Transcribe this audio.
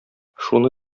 шуны